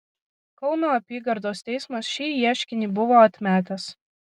kauno apygardos teismas šį ieškinį buvo atmetęs